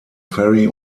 ferry